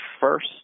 first